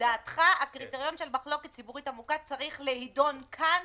שלדעתך הקריטריון של מחלוקת ציבורית עמוקה צריך להידון כאן?